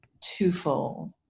twofold